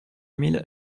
mille